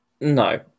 no